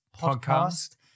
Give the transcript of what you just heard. Podcast